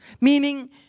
Meaning